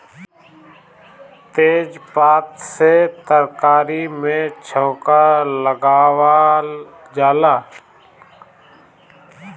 तेजपात से तरकारी में छौंका लगावल जाला